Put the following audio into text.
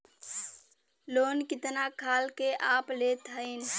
Loan कितना खाल के आप लेत हईन?